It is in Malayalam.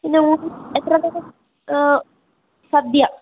ഇന്ന് എത്ര പേർക്ക് സദ്യ